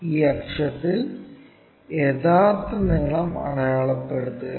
ഈ അക്ഷത്തിൽ യഥാർത്ഥ നീളം അടയാളപ്പെടുത്തുക